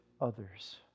others